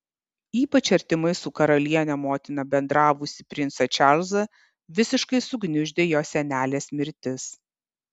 ypač artimai su karaliene motina bendravusį princą čarlzą visiškai sugniuždė jo senelės mirtis